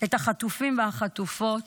את החטופים והחטופות,